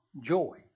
joy